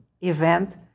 event